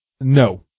No